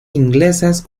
inglesas